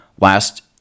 Last